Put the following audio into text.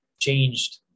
changed